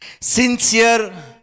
Sincere